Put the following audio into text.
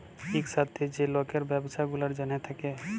ইকসাথে যে লকের ব্যবছা গুলার জ্যনহে থ্যাকে